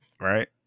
Right